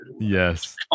yes